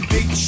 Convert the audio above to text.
Big